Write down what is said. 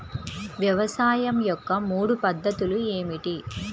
వ్యవసాయం యొక్క మూడు పద్ధతులు ఏమిటి?